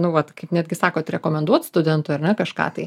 nu vat kaip netgi sakot rekomenduot studentui ar ne kažką tai